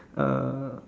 uh